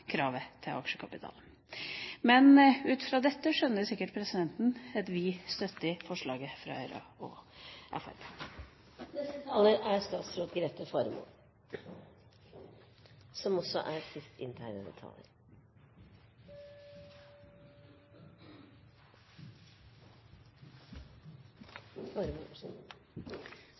kravet til aksjekapital. Ut fra dette skjønner sikkert presidenten at vi støtter forslaget fra Høyre og Fremskrittspartiet. Først vil jeg si at jeg er glad for at det er